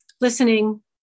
listening